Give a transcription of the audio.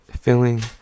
feeling